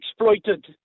exploited